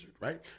right